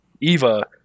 Eva